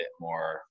more